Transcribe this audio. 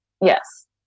Yes